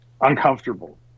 uncomfortable